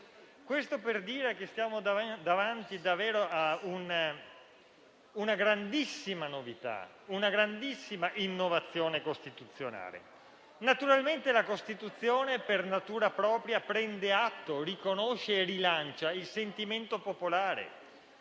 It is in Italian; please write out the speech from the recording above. Questo per dire che davvero siamo davanti a una grandissima novità e a una grandissima innovazione costituzionale. Naturalmente, la Costituzione, per natura propria, prende atto, riconosce e rilancia il sentimento popolare.